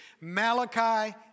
Malachi